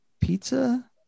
pizza